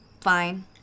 fine